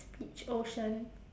speech ocean